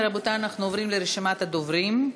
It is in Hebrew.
רבותי, אנחנו עוברים לרשימת הדוברים.